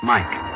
Mike